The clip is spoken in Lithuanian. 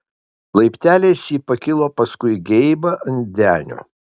laipteliais ji pakilo paskui geibą ant denio